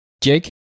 Jake